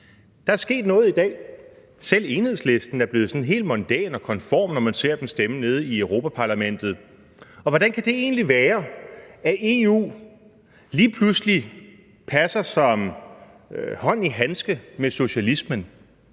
Der er sket noget i dag. Selv Enhedslisten er blevet sådan helt mondæn og konform, når man ser dem stemme nede i Europa-Parlamentet. Hvordan kan det egentlig være, at EU lige pludselig passer som hånd i handske med socialismen?